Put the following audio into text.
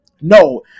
No